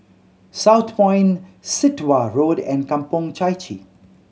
Southpoint Sit Wah Road and Kampong Chai Chee